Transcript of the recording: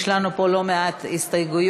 יש לנו פה לא מעט הסתייגויות